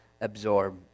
absorb